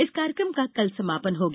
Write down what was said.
इस कार्यक्रम का कल समापन हो गया